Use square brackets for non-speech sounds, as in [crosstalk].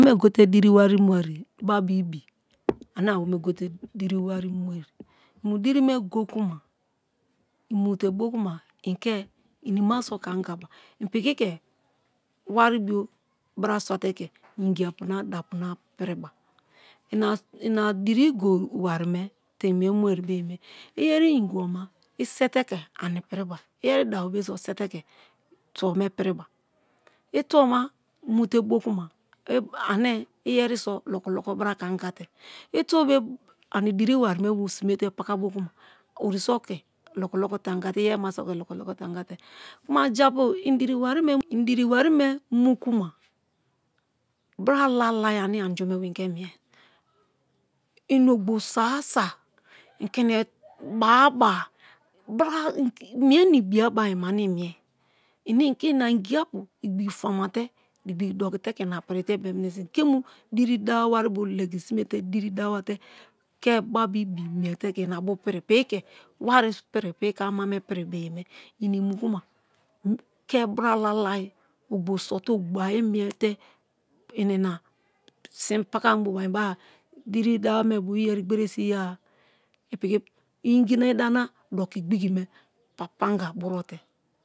Awome gote diri wari muake ba bio ibi [noise] ane awome gote diri wari mue̠ i̠ mu diri me go̠ ̠ kuma i̠ mute bo kuma i ke inimaso ke angaba i̠ piki ke wawibio braswate ke ingiapu na dapu na pi̠ri̠ba i̠ na diri go wari me te i mie mue buye me iyeri̠ ngibo ma i̠ se̠te̠ ke piriba. iyeri dabobe so se̠te̠ ke tubobe piriba i tubuma mu te bo̠ kuma [hesitation] a ne iyeriso loko loko bra ke̠ anga te. i̠ tubobe ani diri dawa wari me bo sime te pakabo kuma ori so̠ ke̠ lokoloko te̠ anga te̠ iyerima so ke loko-loko te̠ anga te̠. japu i̠ diri [hesitation] wari me mu kuma bra lalai ane anju me̠ bo̠ i̠ ke mi̠e i̠ ogbo so-asa i̠ kini ba-aba [unintelligible] mie na ibiya bo ayi ma ane i mie a ne i ke ma ingiapu igbiki famate igbiki dokite ke inaprite be-eminise ke mu diri dawa wari me bo legi simete diri dawate ke ba bio ibi miete ke ma bu̠ piri, pi̠ki̠ ke̠ wari pi̠ri̠, piki ke amame pi̠ri̠ be̠ yeme i̠ ni̠ ima kuma ke̠ bralalai ōgbō so̠-te̠ ōgbō ayi miete i̠ ina si̠n paka mboba i beba diri dawari me bio iyeri gbere so i̠ ye-a [unintelligible] i̠ ingi na ida na doki igbiki me papa anga buro te.